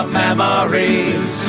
memories